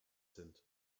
sind